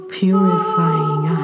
purifying